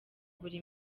buri